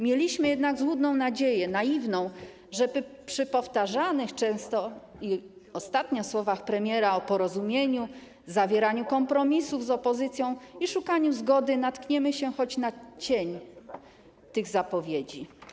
Mieliśmy jednak złudną, naiwną nadzieję, że przy powtarzanych często, ostatnich słowach premiera o porozumieniu, zawieraniu kompromisów z opozycją i szukaniu zgody natkniemy się choć na cień tych zapowiedzi.